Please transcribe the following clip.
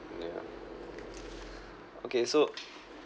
yeah okay so